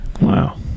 Wow